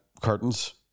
curtains